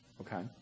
Okay